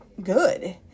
good